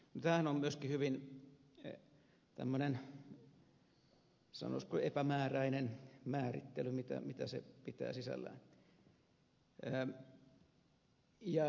tämähän on myöskin hyvin tämmöinen sanoisiko epämääräinen määrittely mitä se pitää sisällään